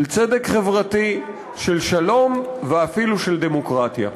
של צדק חברתי, של שלום ואפילו של דמוקרטיה.